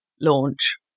launch